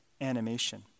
animation